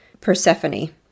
Persephone